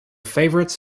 favorites